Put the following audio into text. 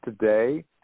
today